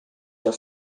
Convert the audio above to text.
sur